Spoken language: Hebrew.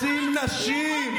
מציל נשים,